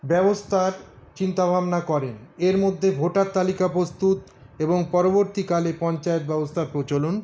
ব্যবস্থার চিন্তাভাবনা করেন এর মধ্যে ভোটার তালিকা প্রস্তুত এবং পরবর্তীকালে পঞ্চায়েত ব্যবস্থার প্রচলন